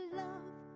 love